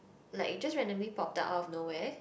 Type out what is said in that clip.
like you just randomly popped out out of nowhere